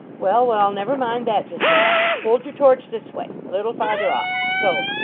well, well, never mind that just now. hold your torch this way a little farther off so.